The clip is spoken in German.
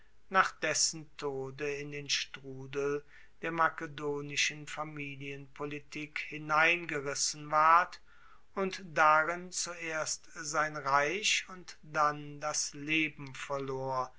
nach dessen tode in den strudel der makedonischen familienpolitik hineingerissen ward und darin zuerst sein reich und dann das leben verlor